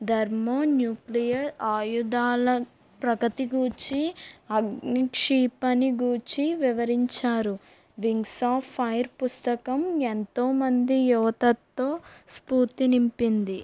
thermo nuclear ఆయుధాల ప్రగతి గూర్చి అగ్నిక్షిప్ని గూర్చి వివరించారు వింగ్స్ ఆఫ్ ఫైర్ పుస్తకం ఎంతోమంది యువతతో స్ఫూర్తినింపింది